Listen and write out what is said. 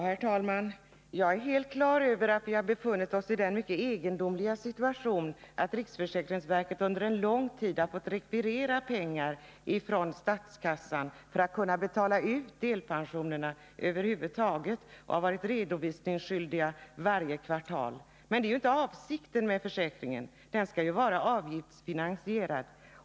Herr talman! Jag är helt på det klara med att vi har befunnit oss i den egendomliga situationen att riksförsäkringsverket under lång tid har fått rekvirera pengar från statskassan för att över huvud taget kunna betala ut delpensionerna — och verket har varit redovisningsskyldigt varje kvartal. Men det är inte avsikten med försäkringen. Den skall vara avgiftsfinansierad.